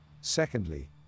secondly